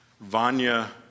Vanya